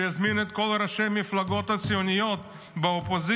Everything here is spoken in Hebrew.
שיזמין את כל ראשי המפלגות הציוניות באופוזיציה,